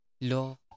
law